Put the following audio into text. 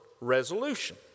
resolution